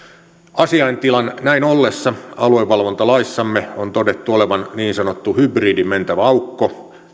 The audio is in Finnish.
asiaintilan näin ollessa aluevalvontalaissamme on todettu olevan niin sanottu hybridin mentävä aukko